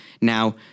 Now